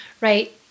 right